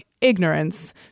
Ignorance